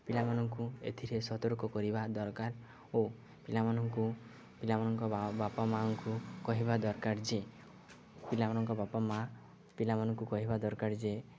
ପିଲାମାନଙ୍କୁ ଏଥିରେ ସତର୍କ କରିବା ଦରକାର ଓ ପିଲାମାନଙ୍କୁ ପିଲାମାନଙ୍କ ବାପା ମାଆଙ୍କୁ କହିବା ଦରକାର ଯେ ପିଲାମାନଙ୍କ ବାପା ମାଆ ପିଲାମାନଙ୍କୁ କହିବା ଦରକାର ଯେ